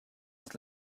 was